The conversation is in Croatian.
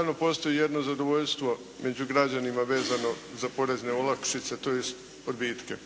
stvarno postoji jedno zadovoljstvo među građanima vezano za porezne olakšice, tj. odbitke.